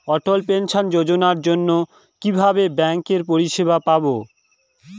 অটল pension যোজনার জন্য কিভাবে ব্যাঙ্কে পরিষেবা পাবো?